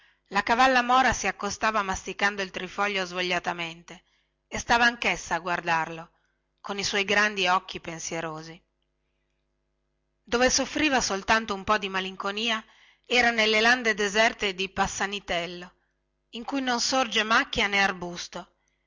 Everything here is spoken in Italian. la cavalla mora si accostava masticando il trifoglio svogliatamente e stava anchessa a guardarlo con i suoi grandi occhi pensierosi dove soffriva soltanto un po di malinconia era nelle lande deserte di passanitello in cui non sorge macchia nè arbusto